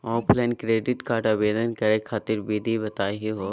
Offline credit card आवेदन करे खातिर विधि बताही हो?